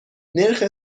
نرخ